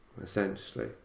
essentially